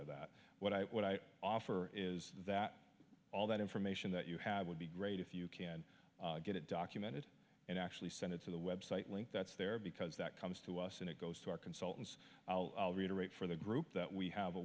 of that what i what i offer is that all that information that you have would be great if you can get it documented and actually send it to the website link that's there because that comes to us and it goes to our consultants i'll reiterate for the group that we have a